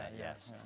ah yes,